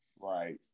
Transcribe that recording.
right